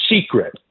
secret